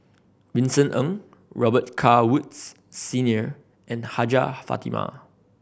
Vincent Ng Robet Carr Woods Senior and Hajjah Fatimah